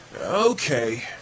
Okay